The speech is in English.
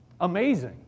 Amazing